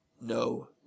No